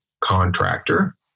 contractor